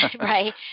right